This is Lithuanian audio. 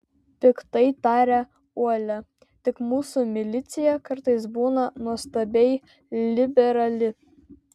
piktai tarė uolia tik mūsų milicija kartais būna nuostabiai liberali